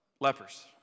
Lepers